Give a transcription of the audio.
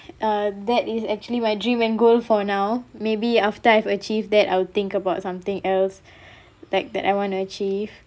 uh that is actually my dream and goal for now maybe after I have achieve that I'll think about something else like that I want to achieve